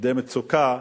ילדי מצוקה,